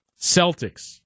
Celtics